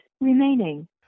remaining